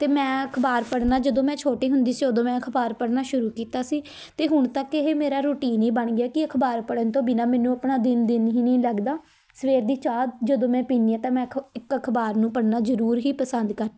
ਅਤੇ ਮੈਂ ਅਖ਼ਬਾਰ ਪੜ੍ਹਨਾ ਜਦੋਂ ਮੈਂ ਛੋਟੀ ਹੁੰਦੀ ਸੀ ਉਦੋਂ ਮੈਂ ਅਖ਼ਬਾਰ ਪੜ੍ਹਨਾ ਸ਼ੁਰੂ ਕੀਤਾ ਸੀ ਅਤੇ ਹੁਣ ਤੱਕ ਇਹ ਮੇਰਾ ਰੂਟੀਨ ਹੀ ਬਣ ਗਿਆ ਕਿ ਅਖ਼ਬਾਰ ਪੜ੍ਹਨ ਤੋਂ ਬਿਨਾਂ ਮੈਨੂੰ ਆਪਣਾ ਦਿਨ ਦਿਨ ਹੀ ਨਹੀਂ ਲੱਗਦਾ ਸਵੇਰ ਦੀ ਚਾਹ ਜਦੋਂ ਮੈਂ ਪੀਂਦੀ ਹਾਂ ਤਾਂ ਮੈਂ ਅਖ ਇੱਕ ਅਖ਼ਬਾਰ ਨੂੰ ਪੜ੍ਹਨਾ ਜ਼ਰੂਰ ਹੀ ਪਸੰਦ ਕਰ